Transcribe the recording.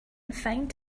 find